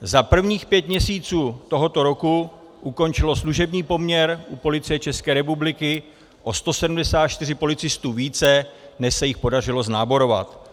Za prvních pět měsíců tohoto roku ukončilo služební poměr u Policie České republiky o 174 policistů více, než se jich podařilo znáborovat.